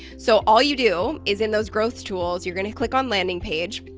so all you do is in those growth tools you're gonna click on landing page,